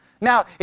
Now